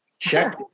Check